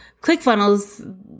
ClickFunnels